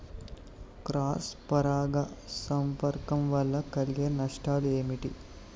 Cross పరాగ సంపర్కం వల్ల కలిగే నష్టాలు ఏమిటి?